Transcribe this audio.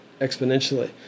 exponentially